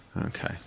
Okay